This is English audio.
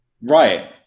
right